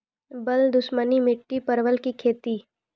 बल दुश्मनी मिट्टी परवल की खेती?